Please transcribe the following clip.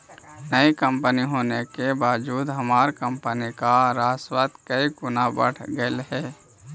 नई कंपनी होने के बावजूद हमार कंपनी का राजस्व कई गुना बढ़ गेलई हे